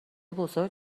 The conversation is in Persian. بزرگ